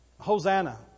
Hosanna